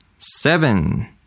Seven